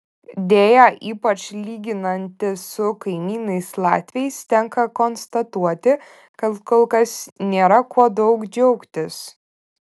deja ypač lyginantis su kaimynais latviais tenka konstatuoti kad kol kas nėra kuo daug džiaugtis